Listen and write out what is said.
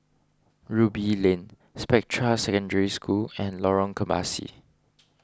Ruby Lane Spectra Secondary School and Lorong Kebasi